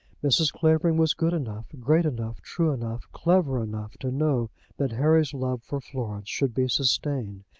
mrs. clavering was good enough, great enough, true enough, clever enough to know that harry's love for florence should be sustained,